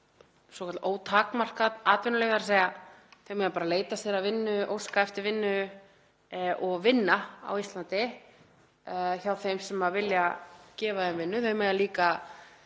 svokallað ótakmarkað atvinnuleyfi, þ.e. þau mega bara leita sér að vinnu, óska eftir vinnu og vinna á Íslandi hjá þeim sem vilja veita þeim vinnu. Þau mega líka